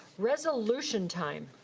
resolution time.